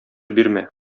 бирмә